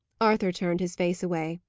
arthur turned his face away.